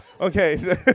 Okay